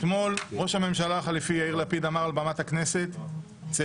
אתמול ראש הממשלה החליפי יאיר לפיד אמר על במת הכנסת "צאצאיו